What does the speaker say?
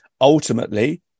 ultimately